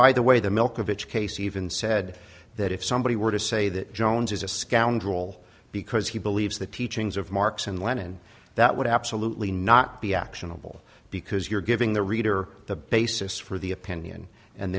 by the way the milk of its case even said that if somebody were to say that jones is a scoundrel because he believes the teachings of marx and lenin that would absolutely not be actionable because you're giving the reader the basis for the opinion and